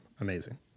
amazing